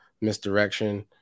misdirection